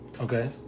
Okay